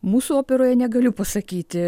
mūsų operoj negaliu pasakyti